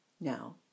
Now